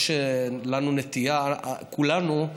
כולנו,